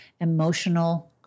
emotional